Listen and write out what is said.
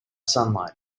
sunlight